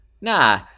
nah